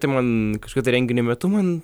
tai man kažkada renginio metu man